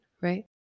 right